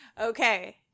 okay